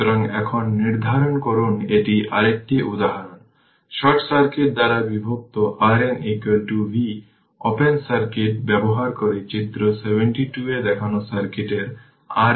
সুতরাং DC এর জন্য আমরা দেখেছি যে ক্যাপাসিটর একটি ওপেন সার্কিট হিসাবে কাজ করে এবং ইন্ডাক্টরের জন্য এটি একটি শর্ট সার্কিট হিসাবে কাজ করে